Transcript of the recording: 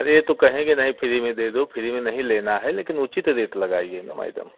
अरे यह तो कहेंगे नहीं फ्री में दे दो फ्री में नहीं लेना है लेकिन उचित रेट लगाइए ना मैडम